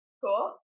cool